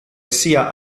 sia